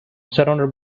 surrounded